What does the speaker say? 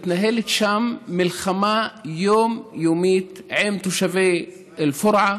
מתנהלת שם מלחמה יומיומית עם תושבי אל-פורעה,